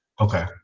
Okay